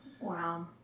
Wow